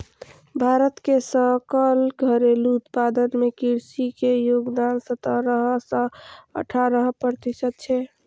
भारत के सकल घरेलू उत्पादन मे कृषि के योगदान सतरह सं अठारह प्रतिशत छै